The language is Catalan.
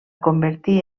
convertí